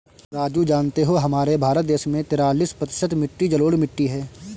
राजू जानते हो हमारे भारत देश में तिरालिस प्रतिशत मिट्टी जलोढ़ मिट्टी हैं